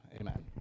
Amen